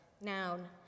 noun